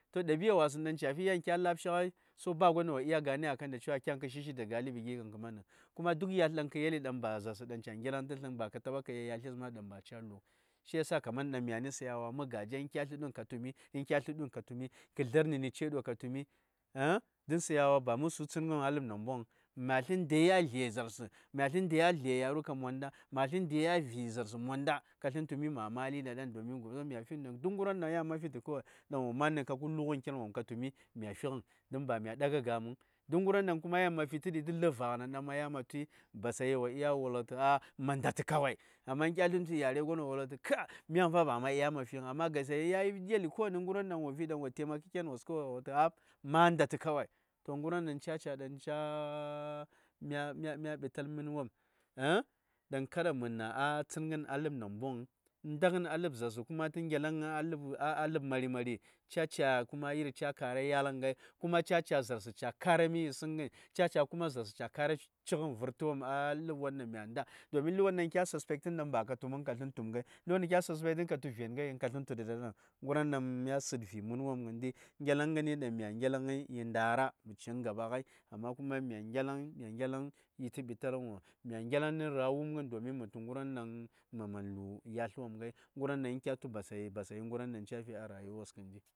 So ɗabia wasəŋ daŋ ca: fi yan kya la:bshi ŋal baya wo ɗya gane tu kə shishi daga a ləbi gon gən kə ma ni kuma duk yasl won daŋ za:rsə ca sləŋai ba ka taba ka yel yasles daŋ kaman ba ca lu:i shiya myan sayawa mə gase kya slə du:n ka sən tum kya dwun kə tumi, domin sayawa ba mə su tsəŋən a ləb namboŋ ma tsən ndai a gib yare monda ka sən tumi mai ndai ɠa dai domiŋ om duk ŋəndaŋ nə kab kə ciŋən ken kasən tumi mi da dan, don ba mya ɠaga ga:məŋ, duk agən daŋ mafitə tə ləb va:agənen basayi wo dup wul ŋə tu mah ndatə kawai amma kya slən tə nə yare won, wo wulŋə tu myani fa bama ɗya ma fiŋ amma Basayi ya yel yan wa ɗya wo taimake ken wos kawai wo nda tə yan gən ca mya ɓital mən wopm daŋ kada mə nah a tsaŋən ləb namboŋ vuŋ ndaŋən a ləb za:r ca ca: yi:r yalŋən ŋai kuma ca ca za:rsə a kara mi yisəŋən, cik ca kara vərtə wopm domin ləb wondaŋ kafi tsamani mən wopm ŋai vəŋ kasəŋ tushi da dan, ŋərwon daŋ mya sə:d vi: mən wopm tu ŋelaŋəni yi ndara mə ci gaba ŋai amma mya ŋelaŋ yitə ɓitalgən wopm, mya ŋelaŋ nə ra: wumgən domin mə man fi ŋərwon daŋ mə man lu: yasl wopm ŋai domin kyatu basayi ŋərwon daŋ Basayi ŋərwon daŋ cha ti a rayuwa wos kəndi.